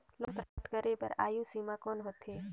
Loan प्राप्त करे बर आयु सीमा कौन होथे?